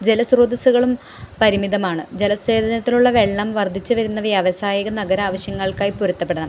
ജല സ്ത്രോതസ്സുകളും പരിമിതമാണ് ജല ശേഖരത്തിനുള്ള വെള്ളം വർധിച്ചു വരുന്ന വ്യാവസായിക നഗര ആവശ്യങ്ങൾക്കായി പൊരുത്തപ്പെടണം